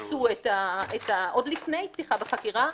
עוד לפני פתיחה בחקירה,